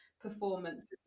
performance